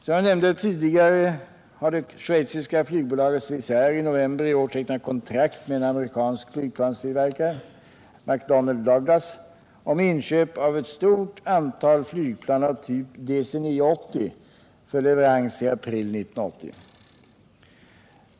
Som jag nämnde tidigare har det schweiziska flygbolaget Swissair i - Nr 52 november i år tecknat kontrakt med en amerikansk flygplanstillverkare —- McDonnell Douglas - om inköp av ett stort antal flygplan av typ DC 9-80 för leverans i april 1980.